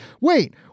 wait